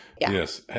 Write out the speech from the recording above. Yes